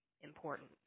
important